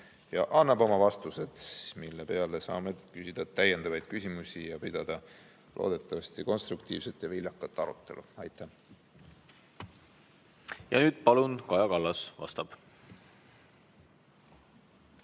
annaks oma vastused, mille peale saame küsida täiendavaid küsimusi ning pidada loodetavasti konstruktiivset ja viljakat arutelu. Aitäh! Ja nüüd vastab Kaja Kallas, palun!